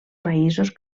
països